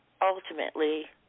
Ultimately